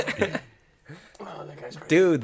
Dude